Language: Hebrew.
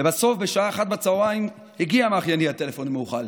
לבסוף בשעה 13:00 הגיע מאחייני הטלפון המיוחל.